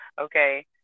okay